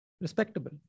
respectable